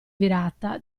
virata